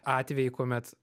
atvejai kuomet